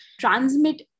transmit